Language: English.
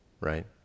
right